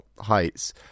heights